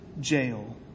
jail